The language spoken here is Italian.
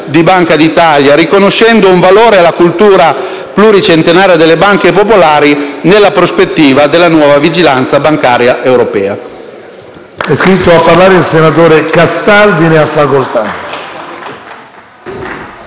di Banca d'Italia e dall'altro riconoscendo un valore alla cultura pluricentenaria dalle banche popolari nella prospettiva della nuova vigilanza bancaria europea.